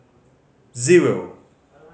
zero